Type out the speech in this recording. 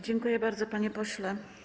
Dziękuję bardzo, panie pośle.